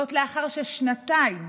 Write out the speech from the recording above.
לאחר ששנתיים